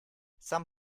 some